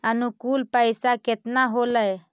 अनुकुल पैसा केतना होलय